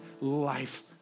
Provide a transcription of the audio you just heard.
life